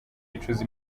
yicuza